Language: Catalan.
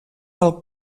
pel